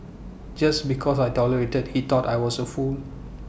just because I tolerated he thought I was A fool